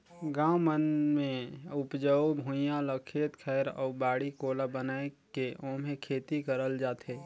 गाँव मन मे उपजऊ भुइयां ल खेत खायर अउ बाड़ी कोला बनाये के ओम्हे खेती करल जाथे